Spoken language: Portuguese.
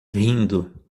rindo